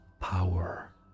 power